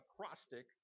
acrostic